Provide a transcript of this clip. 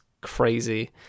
crazy